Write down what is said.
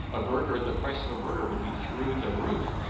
a burger the price of a burger would be through the roof.